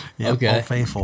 okay